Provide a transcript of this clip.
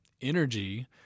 Energy